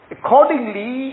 Accordingly